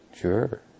Sure